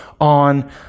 on